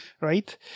right